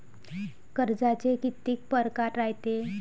कर्जाचे कितीक परकार रायते?